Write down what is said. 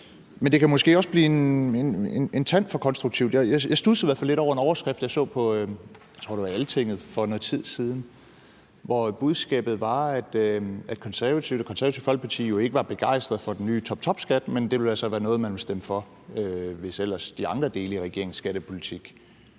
Men det kan måske også blive en tand for konstruktivt. Jeg studsede i hvert fald lidt over en overskrift, jeg så på, jeg tror, det var Altinget for noget tid siden, hvor budskabet var, at Det Konservative Folkeparti ikke var begejstret for den nye toptopskat, men det ville være noget, man så ville stemme for, hvis ellers de andre dele i regeringens skattepolitik